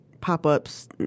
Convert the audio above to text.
pop-ups